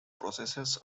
processes